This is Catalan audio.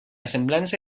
semblança